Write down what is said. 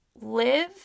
live